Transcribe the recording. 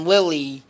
Lily